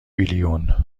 بیلیون